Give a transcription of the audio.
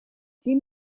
тем